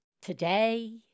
today